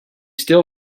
still